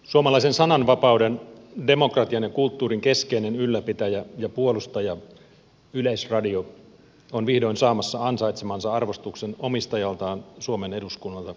suomalaisen sananvapauden demokratian ja kulttuurin keskeinen ylläpitäjä ja puolustaja yleisradio on vihdoin saamassa ansaitsemansa arvostuksen omistajaltaan suomen eduskunnalta